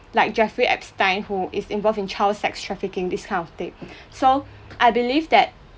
like jeffrey epstein who is involved in child sex trafficking this kind of thing so I believe that